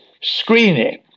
screening